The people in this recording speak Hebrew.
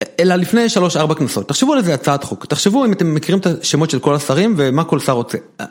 אלא לפני 3-4 כנסות, תחשבו על איזה הצעת חוק, תחשבו אם אתם מכירים את השמות של כל השרים ומה כל שר רוצה.